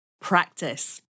Practice